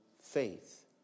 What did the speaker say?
faith